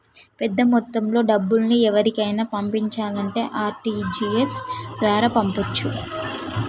పెద్దమొత్తంలో డబ్బుల్ని ఎవరికైనా పంపించాలంటే ఆర్.టి.జి.ఎస్ ద్వారా పంపొచ్చు